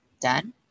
done